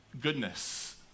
goodness